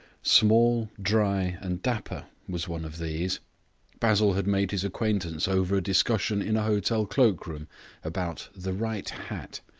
small, dry, and dapper, was one of these basil had made his acquaintance over a discussion in a hotel cloak-room about the right hat,